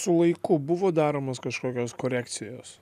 su laiku buvo daromos kažkokios korekcijos